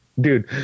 dude